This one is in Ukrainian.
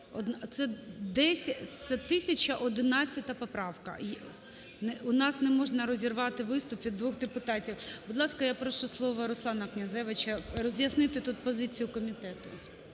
це 1011 поправка, у нас не можна розірвати виступ від двох депутатів. Будь ласка, я прошу слово Руслана Князевича, роз'яснити тут позицію комітету.